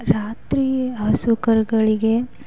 ರಾತ್ರಿಯೇ ಹಸು ಕರುಗಳಿಗೆ